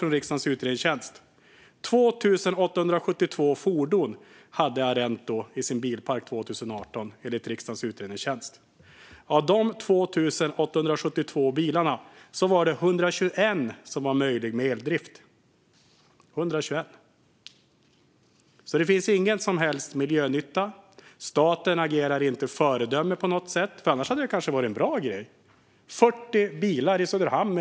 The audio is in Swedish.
År 2018 hade Arento 2 872 fordon i sin bilpark, enligt den rapporten. Av de 2 872 bilarna hade 121 möjlighet till eldrift. Det finns alltså ingen som helst miljönytta. Staten agerar inte föredöme på något sätt. Annars hade det kanske varit en bra grej - 40 elbilar i Söderhamn.